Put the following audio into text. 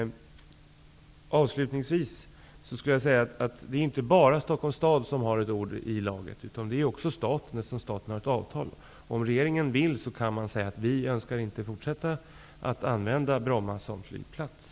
Avslutningsvis vill jag säga att det inte bara är Stockholms stad som har ett ord med i laget, utan det har också staten, eftersom staten har ingått ett avtal. Om regeringen vill kan den säga att den inte önskar fortsätta att använda Bromma som flygplats.